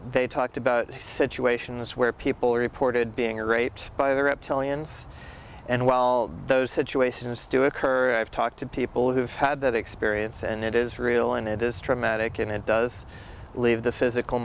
they talked about situations where people reported being raped by the reptilians and while those situations do occur i've talked to people who have had that experience and it is real and it is traumatic and it does leave the physical